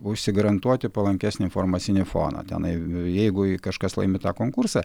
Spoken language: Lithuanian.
užsigarantuoti palankesnį informacinį foną tenai jeigu kažkas laimi tą konkursą